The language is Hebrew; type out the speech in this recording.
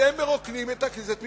אתם מרוקנים את הכנסת מתוכנה.